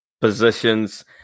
positions